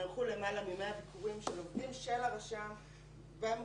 נערכו למעלה מ-100 ביקורים של עובדים של הרשם במקומות